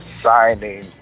signing